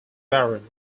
baron